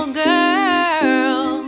girl